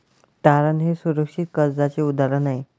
तारण हे सुरक्षित कर्जाचे उदाहरण आहे